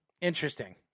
Interesting